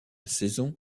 saison